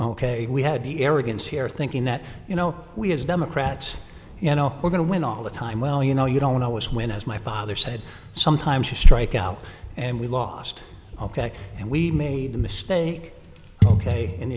ok we had the arrogance here thinking that you know we as democrats you know we're going to win all the time well you know you don't always win as my father said sometimes you strike out and we lost ok and we made a mistake ok